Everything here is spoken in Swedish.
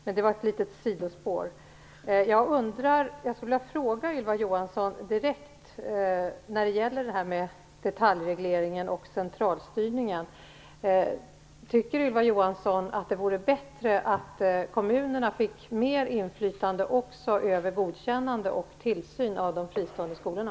Men detta är ett litet sidospår. Tycker Ylva Johansson att det vore bättre att kommunerna fick mer inflytande också över godkännande och tillsyn av de fristående skolorna?